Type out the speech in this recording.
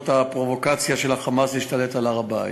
הפרובוקציה של ה"חמאס" להשתלט על הר-הבית,